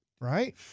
Right